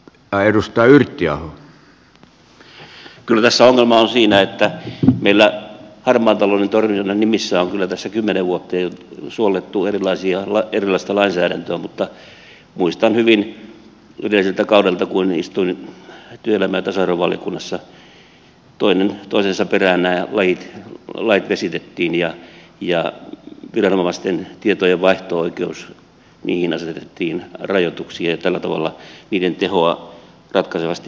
kyllä tässä ongelma on siinä että meillä harmaan talouden torjunnan nimissä on kyllä tässä kymmenen vuotta jo suollettu erilaista lainsäädäntöä mutta muistan hyvin edelliseltä kaudelta kun istuin työelämä ja tasa arvovaliokunnassa toinen toisensa perään nämä lait vesitettiin ja viranomaisten tietojenvaihto oikeuksiin asetettiin rajoituksia ja tällä tavalla niiden tehoa ratkaisevasti heikennettiin